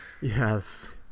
Yes